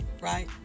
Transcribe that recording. right